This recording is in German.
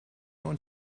und